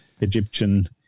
egyptian